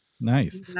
Nice